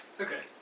Okay